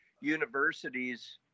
universities